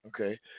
Okay